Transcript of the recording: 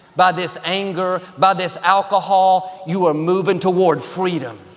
by this anger, by this alcohol, you are moving toward freedom,